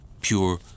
Pure